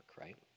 right